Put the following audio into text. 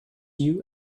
you